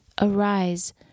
Arise